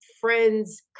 friends